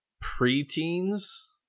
pre-teens